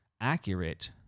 accurate